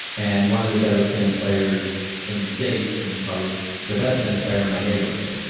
and one of the better tennis players in the state, and probably the best tennis player in my neighborhood.